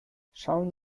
schauen